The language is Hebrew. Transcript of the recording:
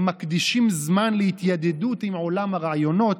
הם מקדישים זמן להתיידדות עם עולם הרעיונות,